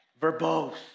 Verbose